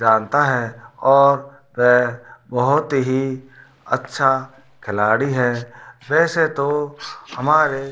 जानता है और वह बहुत ही अच्छा खिलाड़ी है वैसे तो हमारे